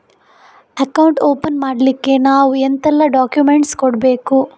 Account open ಮಾಡ್ಲಿಕ್ಕೆ ನಾವು ಎಂತೆಲ್ಲ ಡಾಕ್ಯುಮೆಂಟ್ಸ್ ಕೊಡ್ಬೇಕು?